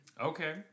okay